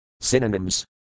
Synonyms